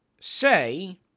say